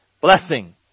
blessing